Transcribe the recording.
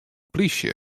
polysje